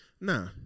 Nah